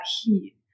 heat